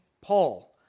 Paul